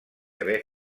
haver